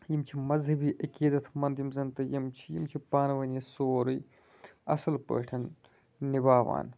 یِم چھِ مزہَبی عقیدَت مَنٛد یِم زَن تہٕ یِم چھِ یِم چھِ پانہٕ ؤنۍ یہِ سورٕے اَصل پٲٹھۍ نِباوان